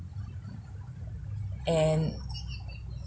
and